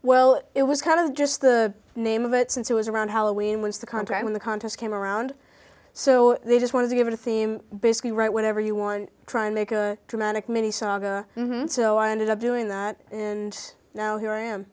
well it was kind of just the name of it since it was around halloween once the contract in the contest came around so they just wanted to give it a theme basically write whatever you want try to make a dramatic many saga ended up doing that and now here i am